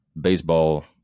baseball